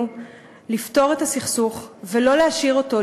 לפתור את הסכסוך ולא להשאיר אותו,